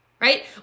right